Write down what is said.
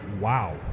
Wow